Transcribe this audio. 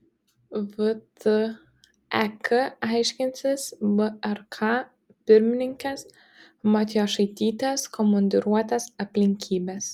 vtek aiškinsis vrk pirmininkės matjošaitytės komandiruotės aplinkybes